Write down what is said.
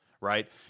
right